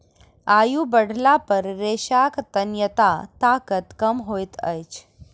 आयु बढ़ला पर रेशाक तन्यता ताकत कम होइत अछि